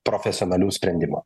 profesionalių sprendimų